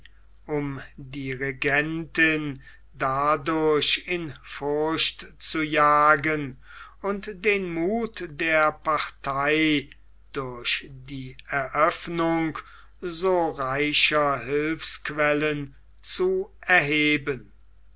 um die regentin dadurch in furcht zu jagen und den muth der partei durch die eröffnung so reicher hilfsquellen zu erheben